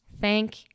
Thank